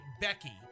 Becky